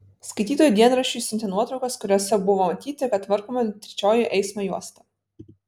skaitytojai dienraščiui siuntė nuotraukas kuriose buvo matyti kad tvarkoma trečioji eismo juosta